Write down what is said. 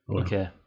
okay